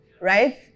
right